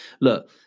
look